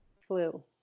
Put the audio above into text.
flu